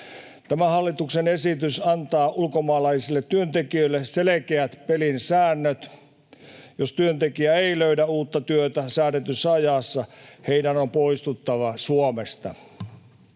Tämä hallituksen esitys antaa ulkomaalaisille työntekijöille selkeät pelin säännöt. Jos työntekijä ei löydä uutta työtä säädetyssä ajassa, hänen on poistuttava Suomesta.